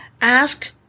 Ask